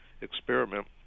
experiment